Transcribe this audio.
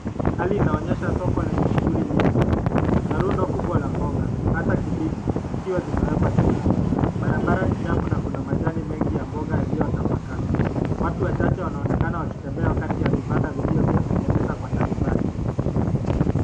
Hali inaonyesha soko lenye shughuli nyingi. Kuna rundo kubwa la mboga hasaa kabeji zikiwa zimeekwa chini. Barabara ni chafu na kuna majani mengi ya mboga yaliyotapakaa. Watu wachache wanaonekana wakitembea kati ya vibanda vilivyotengenezwa kwa tarubai.